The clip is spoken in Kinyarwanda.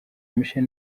michel